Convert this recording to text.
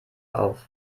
auf